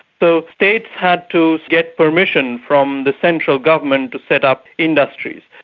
so states had to get permission from the central government to set up industries,